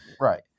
Right